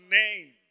name